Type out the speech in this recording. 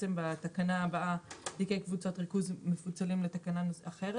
בתקנה הבאה תיקי קבוצות ריכוז מפוצלים לתקנה אחרת